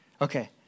Okay